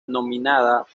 nominada